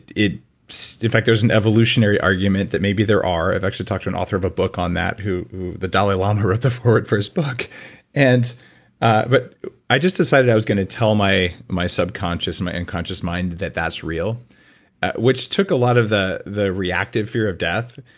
so in fact there's an evolutionary argument that maybe there are. i've actually talked to an author of a book on that who the dalai lama wrote the forward for his book and but i just decided i was going to tell my my subconscious, my unconscious mind, that that's real which took a lot of the the reactive fear fear of death.